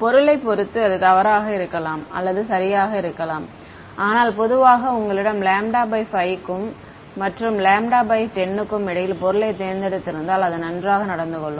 பொருளைப் பொறுத்து அது தவறாக இருக்கலாம் அல்லது சரியாக இருக்கலாம் ஆனால் பொதுவாக உங்களிடம் 5 க்கும் மற்றும் λ10 இடையில் பொருளைத் தேர்ந்தெடுத்து இருந்தால் அது நன்றாக நடந்து கொள்ளும்